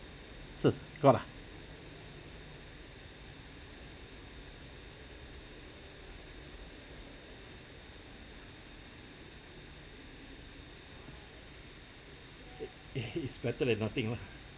certs got ah eh eh it's better than nothing lah